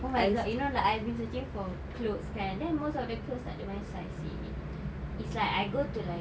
oh my god you know like I've been searching for clothes kan then most of the clothes takde my size seh it's like I go to like